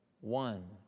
One